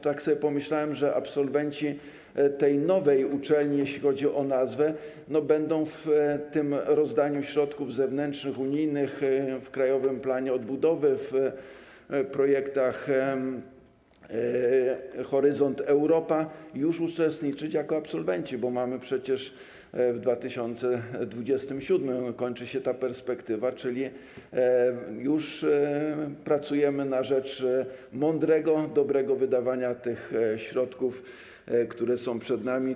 Tak sobie pomyślałem, że absolwenci tej nowej uczelni, jeśli chodzi o nazwę, będą w tym rozdaniu środków zewnętrznych, unijnych, w Krajowym Planie Odbudowy, w projektach Horyzont Europa już uczestniczyć jako absolwenci, bo przecież w 2027 r. kończy się ta perspektywa, czyli już pracujemy na rzecz mądrego, dobrego wydawania tych środków, które są przed nami.